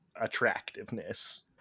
attractiveness